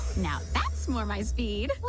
now that's more my bead